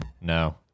No